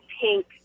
pink